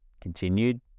continued